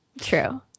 True